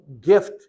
gift